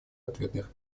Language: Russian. ответных